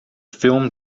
film